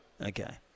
Okay